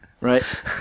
Right